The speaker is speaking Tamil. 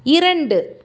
இரண்டு